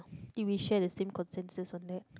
think we share the same consensus on that